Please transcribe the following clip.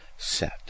set